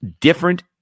different